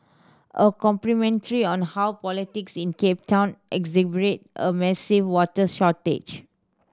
a commentary on how politics in Cape Town exacerbated a massive water shortage